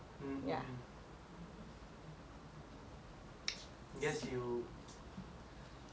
guess you can be carefree if you're a bird